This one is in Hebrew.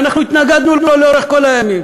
ואנחנו התנגדנו לו לאורך כל הימים.